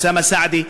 אוסאמה סעדי,